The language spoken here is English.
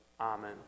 Amen